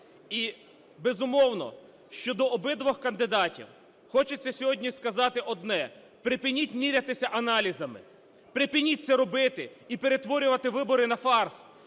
І, безумовно, щодо обох кандидатів хочеться сьогодні сказати одне. Припиніть мірятися аналізами, припиніть це робити і перетворювати вибори на фарс.